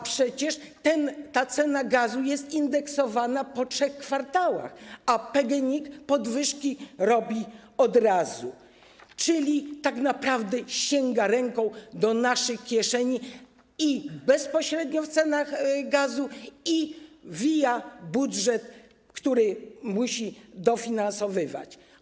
Przecież ta cena gazu jest indeksowana po trzech kwartałach, a PGNiG podwyżki robi od razu, czyli tak naprawdę sięga ręką do naszych kieszeni i bezpośrednio w cenach gazu, i via budżet, który musi dofinansowywać.